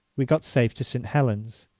we got safe to st. helen's.